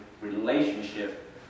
relationship